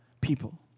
people